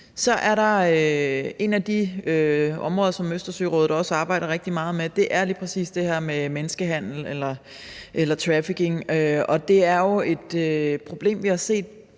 og godt. Et af de områder, som Østersørådet også arbejder rigtig meget med, er lige præcis det her med menneskehandel eller trafficking, og det er jo et problem, vi har set